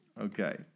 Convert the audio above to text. Okay